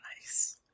Nice